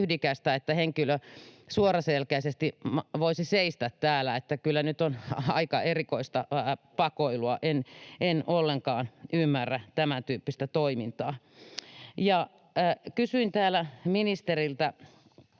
että henkilö suoraselkäisesti voisi seistä täällä. Että kyllä nyt on aika erikoista pakoilua. En ollenkaan ymmärrä tämäntyyppistä toimintaa. Kysyin täällä ministeriltä